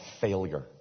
failure